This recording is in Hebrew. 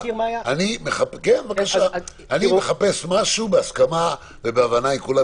אני מחפש משהו בהסכמה ובהבנה עם כולם,